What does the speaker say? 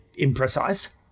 imprecise